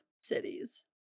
cities